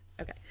okay